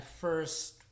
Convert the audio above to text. first